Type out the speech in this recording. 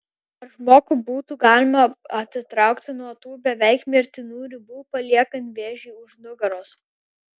ar žmogų būtų galima atitraukti nuo tų beveik mirtinų ribų paliekant vėžį už nugaros